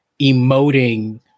emoting